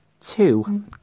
two